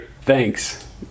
Thanks